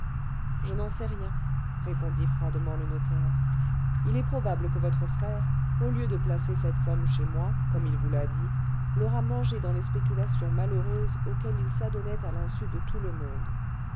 je n'en sais rien répondit froidement le notaire il est probable que votre frère au lieu de placer cette somme chez moi comme il vous l'a dit l'aura mangée dans les spéculations malheureuses auxquelles il s'adonnait à l'insu de tout le monde